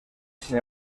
sin